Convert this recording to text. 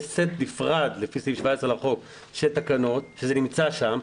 יש סט נפרד לפי סעיף 17 לחוק של תקנות שזה נמצא שם,